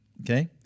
Okay